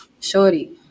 Shorty